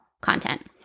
content